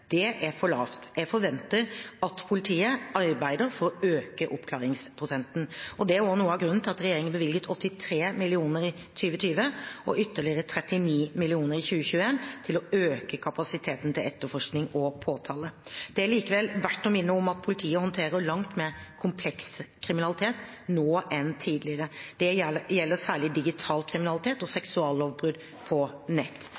er for lavt. Jeg forventer at politiet arbeider for å øke oppklaringsprosenten. Det er også noe av grunnen til at regjeringen bevilget 83 mill. kr i 2020 og ytterligere 39 mill. kr i 2021 til å øke kapasiteten i etterforskning og påtale. Det er likevel verdt å minne om at politiet håndterer langt mer kompleks kriminalitet nå enn tidligere. Det gjelder særlig digital kriminalitet og seksuallovbrudd på nett,